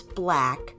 black